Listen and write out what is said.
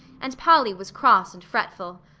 and polly was cross and fretful.